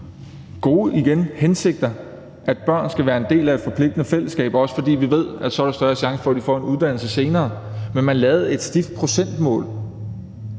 gode hensigter om, at børn skal være en del af et forpligtende fællesskab, også fordi vi ved, at så er der større chance for, at de får en uddannelse senere. Men man lavede et stift procentmål.